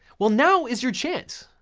well, now is your chance.